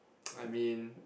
I mean